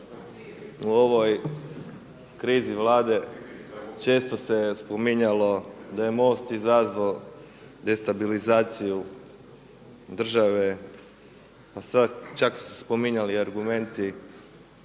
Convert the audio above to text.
u ovoj krizi Vlade često se spominjalo da je MOST izazvao destabilizaciju države, čak su se spominjali argumenti